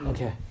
Okay